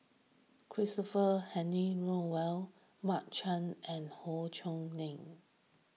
Christopher Henry Rothwell Mark Chan and Howe Yoon Chong